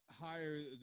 higher